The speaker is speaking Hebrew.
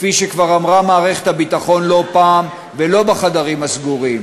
כפי שכבר אמרה מערכת הביטחון לא פעם ולא בחדרים הסגורים,